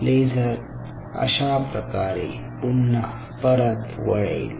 laser अशाप्रकारे पुन्हा परत वळेल